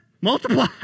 Multiply